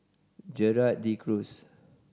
Gerald De Cruz